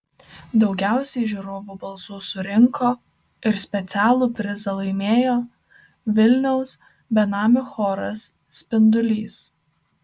daugiausiai žiūrovų balsų surinko ir specialų prizą laimėjo vilniaus benamių choras spindulys